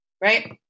right